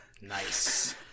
Nice